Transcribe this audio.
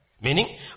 Meaning